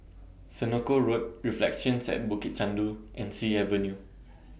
Senoko Road Reflections At Bukit Chandu and Sea Avenue